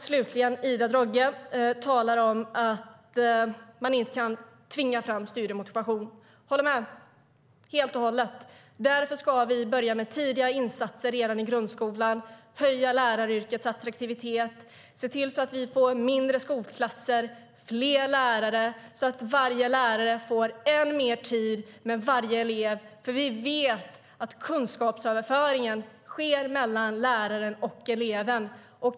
Slutligen talade Ida Drougge om att man inte kan tvinga fram studiemotivation. Jag håller helt och hållet med! Därför ska vi börja med tidiga insatser redan i grundskolan och höja läraryrkets attraktivitet. Vi ska se till att vi får mindre skolklasser och fler lärare så att varje lärare får än mer tid för varje elev. Vi vet nämligen att kunskapsöverföringen sker mellan läraren och eleven.